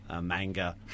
manga